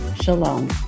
Shalom